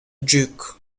duke